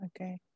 okay